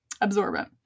absorbent